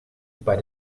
wobei